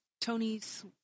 Tony's